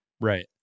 Right